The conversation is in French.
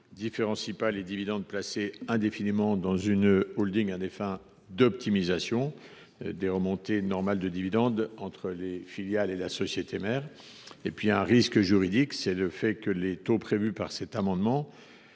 ne différencient pas les dividendes placés indéfiniment dans une holding à des fins d’optimisation des remontées normales de dividendes entre les filiales et la société mère. Leur risque juridique découle des taux prévus, qui sont